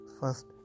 first